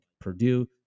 Purdue